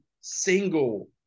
single